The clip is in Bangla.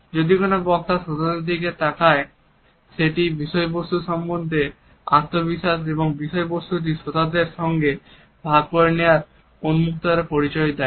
যদি কোন বক্তা শ্রোতাদের দিকে তাকায় সেটি বিষয়বস্তু সম্বন্ধে আত্মবিশ্বাস এবং বিষয়বস্তুটি শ্রোতাদের সঙ্গে ভাগ করে নেওয়ার উন্মুক্ততার পরিচয় দেয়